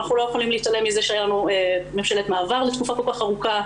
ואנחנו לא יכולים להתעלם מזה שהיה לנו ממשלת מעבר לתקופה כל כך ארוכה.